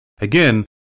Again